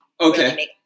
Okay